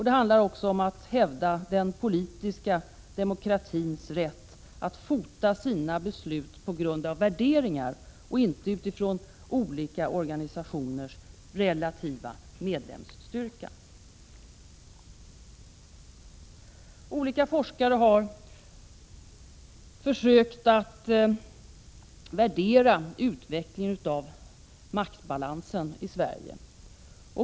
Det handlar också om att hävda den politiska demokratins rätt att fatta sina beslut på grund av värderingar och inte utifrån olika organisationers relativa medlemsstyrka. Olika forskare har försökt värdera utvecklingen av maktbalansen i Sverige.